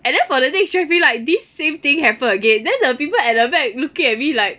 and then for the next traffic light this same thing happened again then the people at the back looking at me like